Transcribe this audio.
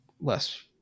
less